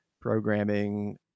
programming